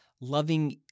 loving